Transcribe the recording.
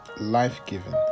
life-giving